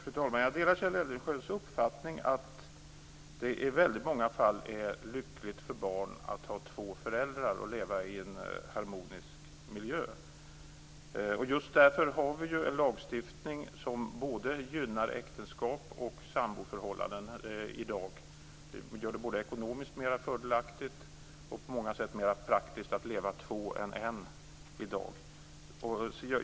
Fru talman! Jag delar Kjell Eldensjös uppfattning att det i väldigt många fall är lyckligt för barn att ha två föräldrar och att leva i en harmonisk miljö. Just därför har vi ju en lagstiftning som gynnar både äktenskap och samboförhållanden i dag. Vi gör det både mer ekonomiskt fördelaktigt och på många sätt mer praktiskt att leva i par jämfört med att leva ensam i dag.